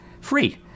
free